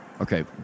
Okay